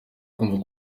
kumva